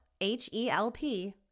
H-E-L-P